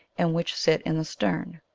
and which sit in the stern.